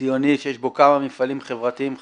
ציוני שיש בו כמה מפעלים חברתיים חשובים.